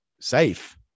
safe